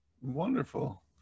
Wonderful